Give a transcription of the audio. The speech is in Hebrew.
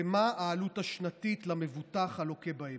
ומהי העלות השנתית למבוטח הלוקה בהן.